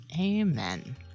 Amen